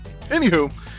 anywho